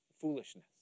foolishness